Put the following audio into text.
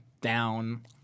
down